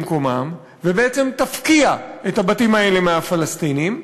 ובעצם תפקיע את הבתים האלה מהפלסטינים,